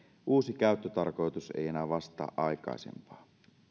uusi käyttötarkoitus ei enää vastaa aikaisempaa